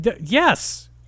yes